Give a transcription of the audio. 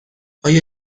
آیا